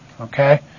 Okay